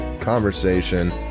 conversation